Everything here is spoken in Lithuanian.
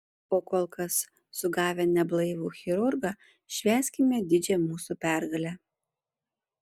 o kol kas sugavę neblaivų chirurgą švęskime didžią mūsų pergalę